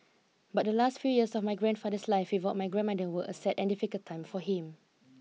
but the last few years of my grandfather's life without my grandmother were a sad and difficult time for him